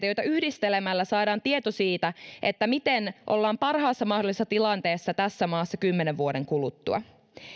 joita yhdistelemällä saadaan tieto siitä miten ollaan parhaassa mahdollisessa tilanteessa tässä maassa kymmenen vuoden kuluttua